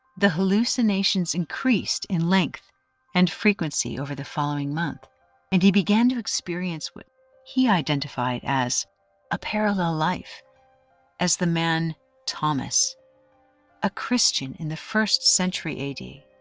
the hallucinations increased in length and frequency over the following month and he began to experience what he identified as a parallel life as the man thomas a christian in the first century ad.